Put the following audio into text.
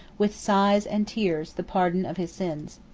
with sighs and tears, the pardon of his sins.